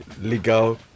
legal